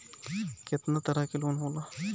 केतना तरह के लोन होला?